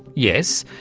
yes,